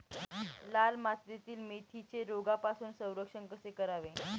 लाल मातीतील मेथीचे रोगापासून संरक्षण कसे करावे?